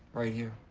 right here.